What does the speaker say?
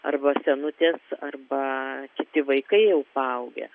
arba senutės arba kiti vaikai jau paaugę